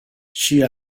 she